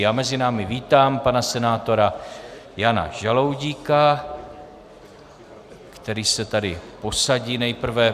Já mezi námi vítám pana senátora Jana Žaloudíka, který se tady posadí nejprve.